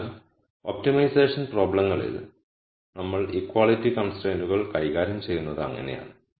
അതിനാൽ ഒപ്റ്റിമൈസേഷൻ പ്രോബ്ളങ്ങളിൽ നമ്മൾ ഇക്വാളിറ്റി കൺസ്ട്രൈനുകൾ കൈകാര്യം ചെയ്യുന്നത് അങ്ങനെയാണ്